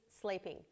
sleeping